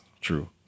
True